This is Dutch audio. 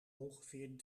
ongeveer